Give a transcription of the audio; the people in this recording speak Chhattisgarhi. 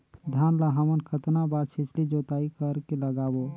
धान ला हमन कतना बार छिछली जोताई कर के लगाबो?